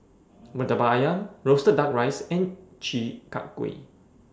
Murtabak Ayam Roasted Duck Rice and Chi Kak Kuih